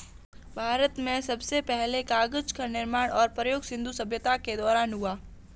भारत में सबसे पहले कागज़ का निर्माण और प्रयोग सिन्धु सभ्यता के दौरान हुआ